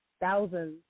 thousands